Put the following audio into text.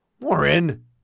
warren